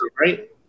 right